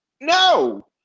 No